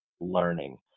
learning